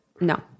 No